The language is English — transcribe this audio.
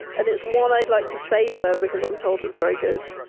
and it's one i'd like to savor because i'm told it's very good